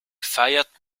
feiert